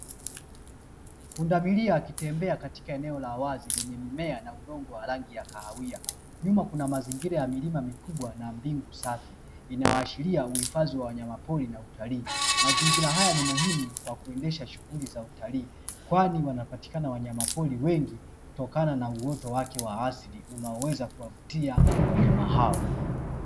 Pundamilia akitembea katika eneo la wazi lenye mimea na udongo wa rangi ya kahawia. Nyuma kuna mazingira ya milima mikubwa na mbingu safi, inayoashiria uhifadhi wa wanyama pori na utalii. Mazingira haya ni muhimu kwa kuendesha shughuli za utalii. Kwani wanapatikana wanyama pori wengi kutokana na uoto wake wa asili unaoweza kuwavutia wanyama hao.